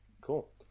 cool